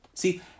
See